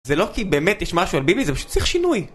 זה לא כי באמת יש משהו על ביבי, זה פשוט צריך שינוי